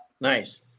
Nice